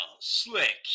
Slick